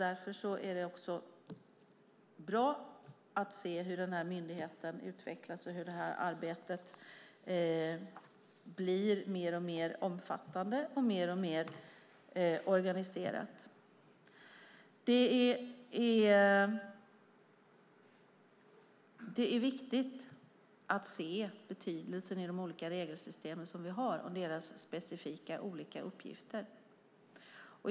Därför är det bra att se hur denna myndighet utvecklas och hur arbetet blir mer och mer omfattande och organiserat. Det är viktigt att se betydelsen i de olika regelsystem vi har och deras specifika uppgifter.